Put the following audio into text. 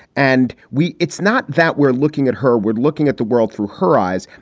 and we it's not that we're looking at her, we're looking at the world through her eyes.